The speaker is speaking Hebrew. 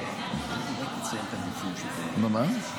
--- אולי תציין את המיקום של --- בוודאי,